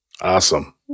Awesome